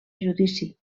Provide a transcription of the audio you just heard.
judici